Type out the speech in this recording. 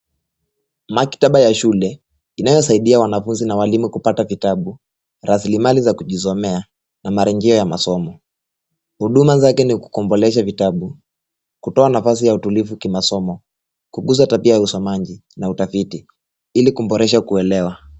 Maktaba ya shule ambayo inasaidia walimu na wanafunzi kujisomea na maregeo ya masomo. Huduma zake ni kukombolesha vitabu kutoa nafasi ya